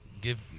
give